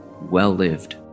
well-lived